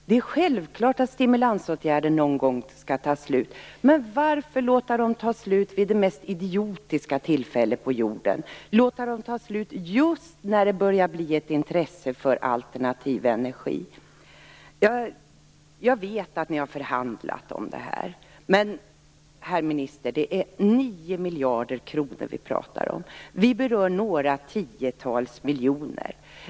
Det är självklart att stimulansåtgärder någon gång skall ta slut, men varför låta dem ta slut vid det mest idiotiska tillfället på jorden, just när det börjar bli ett intresse för alternativ energi? Jag vet att ni har förhandlat om det här, men, herr minister, det är 9 miljarder kronor vi pratar om. Detta berör några tiotals miljoner.